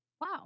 Wow